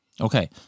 Okay